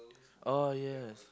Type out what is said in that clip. oh yes